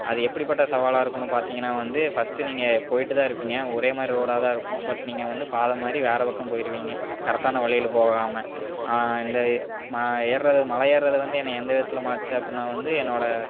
அது எப்படி பட்ட சவாலாக இருக்குன்னு பார்த்திங்கன்னா வந்து ஃபர்ஸ்ட்டு நீங்கள் போயிட்டுதான் இருப்பிங்க ஒரே மாதிரி ரோடாக தான் இருக்கும் பட் நீங்கள் வந்து பாதை மாரி வேறு பக்கம் போயிருவீங்க கரெட்டான வழியில போகாமல் இந்த நான் ஏர்றது மலை ஏறுகிறது வந்து என்ன எந்த விதத்தில் மாற்றுச்சி அப்படின்னா வந்து என்னோட